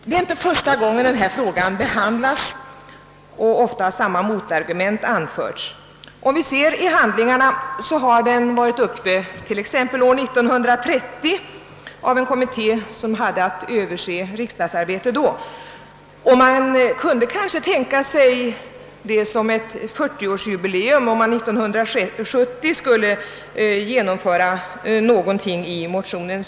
Det är inte första gången denna fråga behandlas, och den har alltid mötts av samma motargument. Frågan togs upp av 1930 års kommitté som hade att se över riksdagens arbetsformer. Man kunde kanske tänka sig det som ett 40-årsjubileum om man 1970 genomförde en sådan ändring som föreslås i motionen.